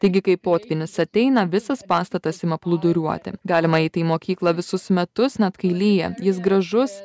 taigi kai potvynis ateina visas pastatas ima plūduriuoti galima eiti į mokyklą visus metus net kai lyja jis gražus